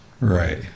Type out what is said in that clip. Right